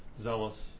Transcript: zealous